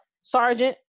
sergeant